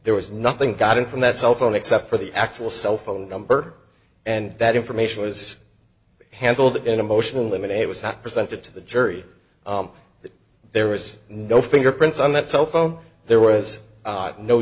there was nothing got in from that cell phone except for the actual cell phone number and that information was handled in a motion in limine it was not presented to the jury that there was no fingerprints on that cell phone there was